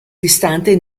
distante